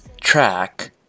track